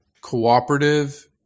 Cooperative